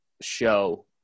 show